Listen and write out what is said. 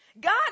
God